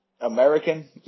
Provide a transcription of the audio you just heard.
American